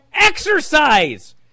exercise